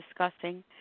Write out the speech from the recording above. discussing